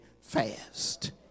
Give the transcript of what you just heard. fast